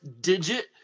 digit